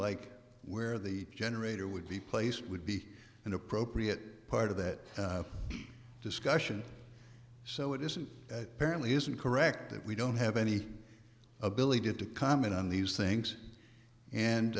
like where the generator would be placed would be an appropriate part of that discussion so it is a parent isn't correct that we don't have any ability to comment on these things and